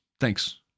Thanks